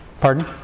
Pardon